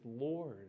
Lord